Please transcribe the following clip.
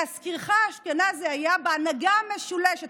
להזכירך, אשכנזי היה בהנהגה המשולשת.